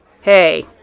Hey